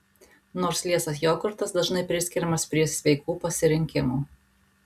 nors liesas jogurtas dažnai priskiriamas prie sveikų pasirinkimų